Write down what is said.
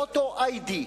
ביקשו מהם להזדהות,